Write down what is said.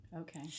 Okay